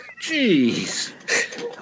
Jeez